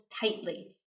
tightly